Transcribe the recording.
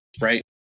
Right